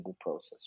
process